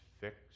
fixed